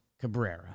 Cabrera